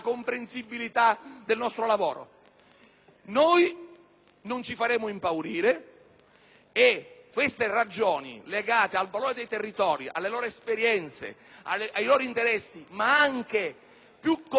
Non ci faremo impaurire e affermeremo le ragioni legate al valore dei territori, alle loro esperienze e ai loro interessi, ma anche più concretamente al valore dell'autonomia,